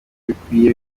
bikwiye